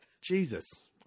Jesus